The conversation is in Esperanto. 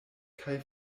kaj